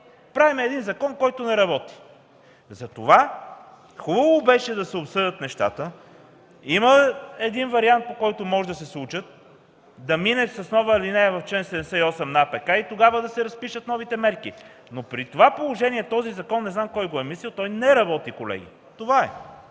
Правим един закон, който не работи. Затова беше хубаво да се обсъдят нещата. Има един вариант, по който могат да се случат, да мине с нова алинея в чл. 78 на АПК и тогава да се разпишат новите мерки. Този закон, не знам кой го е мислил, но той не работи, колеги! Това е!